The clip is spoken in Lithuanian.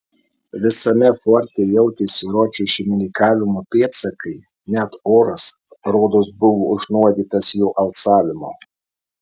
visame forte jautėsi ročo šeimininkavimo pėdsakai net oras rodos buvo užnuodytas jo alsavimo